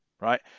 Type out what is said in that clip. right